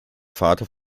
vater